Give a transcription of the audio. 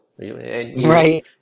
right